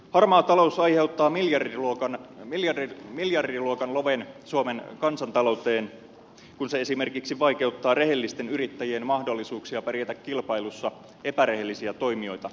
harmaa talous aiheuttaa miljardiluokan loven suomen kansantalouteen kun se esimerkiksi vaikeuttaa rehellisten yrittäjien mahdollisuuksia pärjätä kilpailussa epärehellisiä toimijoita vastaan